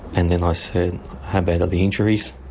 and then i said how bad are the injuries,